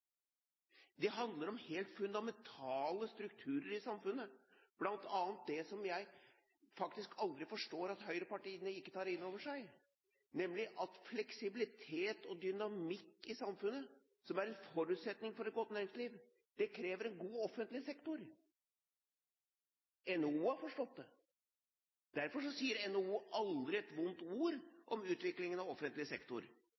Det handler om helt fundamentale strukturer i samfunnet, bl.a. det som jeg aldri forstår at høyrepartiene ikke tar inn over seg, nemlig at fleksibilitet og dynamikk i samfunnet, som er en forutsetningen for et godt næringsliv, krever en god offentlig sektor. NHO har forstått det. Derfor sier aldri NHO et vondt ord om utviklingen av offentlig sektor.